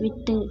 விட்டு